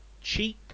cheap